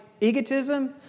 egotism